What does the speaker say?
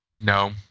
No